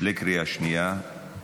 בקריאה שנייה.